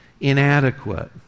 inadequate